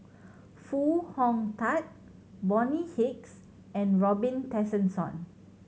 Foo Hong Tatt Bonny Hicks and Robin Tessensohn